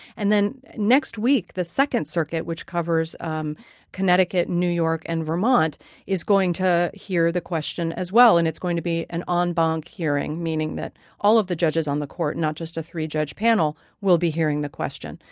and then next week, the second circuit which covers um connecticut, new york and vermont is going to hear the question as well. and it's going to be an en banc hearing, meaning that all of the judges on the court not just a three-judge panel will be hearing the question.